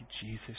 Jesus